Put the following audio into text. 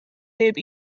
heb